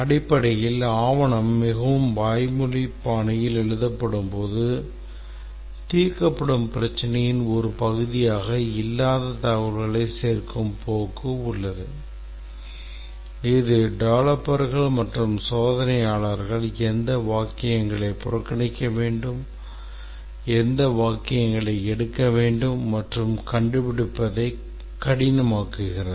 அடிப்படையில் ஆவணம் மிகவும் வாய்மொழி பாணியில் எழுதப்படும்போது தீர்க்கப்படும் பிரச்சினையின் ஒரு பகுதியாக இல்லாத தகவல்களை சேர்க்கும் போக்கு உள்ளது இது டெவலப்பர்கள் மற்றும் சோதனையாளர்கள் எந்த வாக்கியங்களை புறக்கணிக்க வேண்டும் எந்த வாக்கியங்களை எடுக்க வேண்டும் என்பதைக் கண்டுபிடிப்பதை கடினமாக்குகிறது